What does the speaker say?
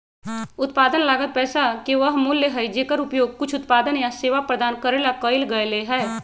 उत्पादन लागत पैसा के वह मूल्य हई जेकर उपयोग कुछ उत्पादन या सेवा प्रदान करे ला कइल गयले है